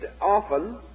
often